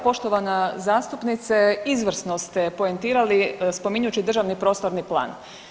Poštovana zastupnice izvrsno ste poentirali spominjući državni prostorni plan.